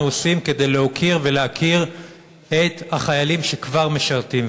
עושים כדי להוקיר ולהכיר בחיילים שכבר משרתים.